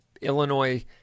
Illinois